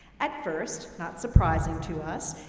at first, not surprising to us,